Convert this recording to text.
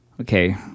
okay